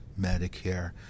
medicare